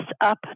up